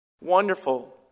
wonderful